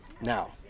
Now